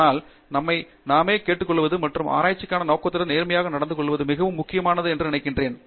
ஆனால் நம்மை நாமே கேட்டுக்கொள்வது மற்றும் ஆராய்ச்சிக்கான நோக்கத்துடன் நேர்மையாக நடந்து கொள்வது மிகவும் முக்கியம் என்று நான் நினைக்கிறேன்